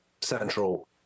central